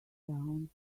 down